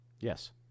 Yes